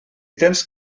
tens